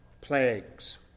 plagues